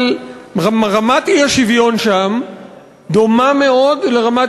אבל רמת האי-שוויון שם דומה מאוד לרמת